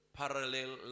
parallel